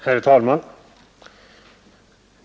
Herr talman!